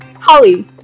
holly